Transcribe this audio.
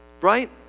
Right